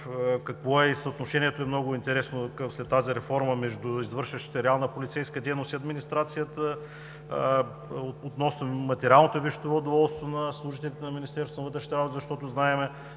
Какво е съотношението, много е интересно, в тази реформа между извършващите реална полицейска дейност и администрацията, относно материалното и вещево доволство на служителите на Министерството на вътрешните работи? Знаем